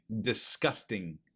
disgusting